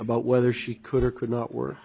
about whether she could or could not wor